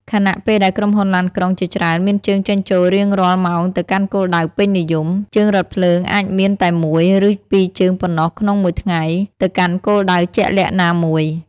ខណៈពេលដែលក្រុមហ៊ុនឡានក្រុងជាច្រើនមានជើងចេញចូលរៀងរាល់ម៉ោងទៅកាន់គោលដៅពេញនិយម ជើងរថភ្លើងអាចមានតែ មួយ ឬពីរជើងប៉ុណ្ណោះក្នុងមួយថ្ងៃ ទៅកាន់គោលដៅជាក់លាក់ណាមួយ។